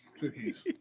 cookies